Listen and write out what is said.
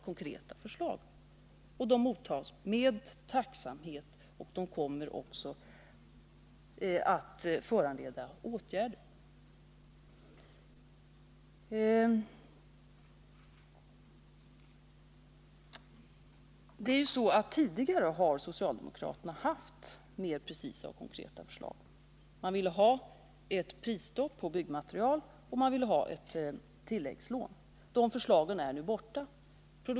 Alla bra förslag mottas med tacksamhet och kommer också att föranleda åtgärder. Tidigare har socialdemokraterna haft mer precisa och konkreta förslag. De ville ha prisstopp på byggmaterial och tilläggslån. De förslagen är nu borta.